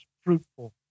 fruitful